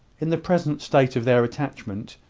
in the present state of their attachment,